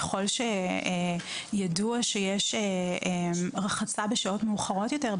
ככול שידוע שיש רחצה בשעות מאוחרות יותר,